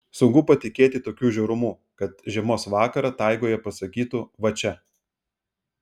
sunku patikėti tokiu žiaurumu kad žiemos vakarą taigoje pasakytų va čia